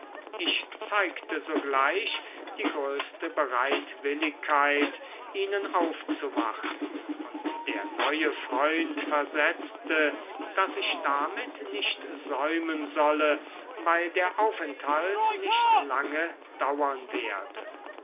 ich zeigte sogleich die größte bereitwilligkeit ihnen aufzuwarten und der neue freund versetzte daß ich damit nicht säumen solle weil der aufenthalt nicht lange dauern werde